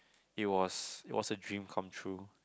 it was it was a dream come true